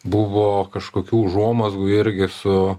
buvo kažkokių užuomazgų irgi ir su